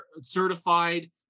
certified